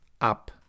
up